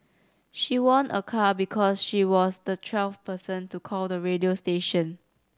she won a car because she was the twelfth person to call the radio station